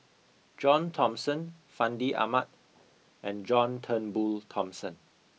John Thomson Fandi Ahmad and John Turnbull Thomson